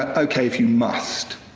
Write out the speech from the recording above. ah okay, if you must.